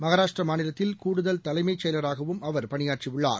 மகாராஷ்ட்ரமாநிலத்தில் கூடுதல் தலைமைச் செயலராகவும் அவர் பணியாற்றியுள்ளார்